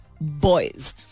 boys